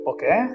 Okay